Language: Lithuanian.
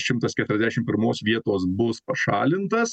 šimtas keturiasdešim pirmos vietos bus pašalintas